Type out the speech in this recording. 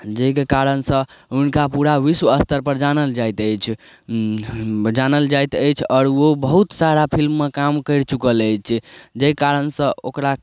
जाहिके कारणसँ हुनका पूरा विश्व स्तर पर जानल जाइत अछि जानल जाइत अछि आओर ओ बहुत सारा फिल्ममे काम कैरि चुकल अछि जाहि कारण सँ ओकरा